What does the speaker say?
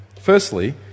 Firstly